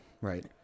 right